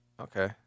Okay